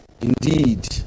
indeed